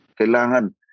Kailangan